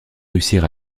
réussir